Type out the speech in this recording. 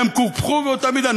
והם קופחו באותה מידה.